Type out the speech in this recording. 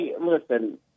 listen